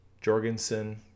Jorgensen